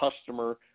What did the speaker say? customer